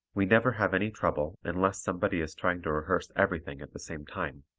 we never have any trouble unless somebody is trying to rehearse everything at the same time.